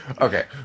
okay